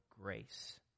grace